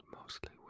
mostly